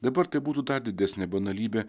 dabar tai būtų dar didesnė banalybė